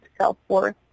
self-worth